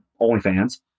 OnlyFans